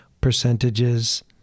percentages